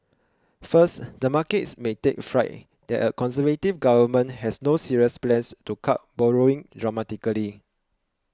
first the markets may take fright that a Conservative government has no serious plans to cut borrowing dramatically